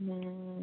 ꯎꯝ